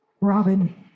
Robin